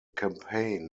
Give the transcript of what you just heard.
campaign